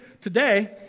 today